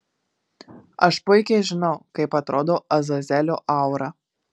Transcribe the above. aš puikiai žinau kaip atrodo azazelio aura